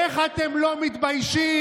איך אתם לא מתביישים?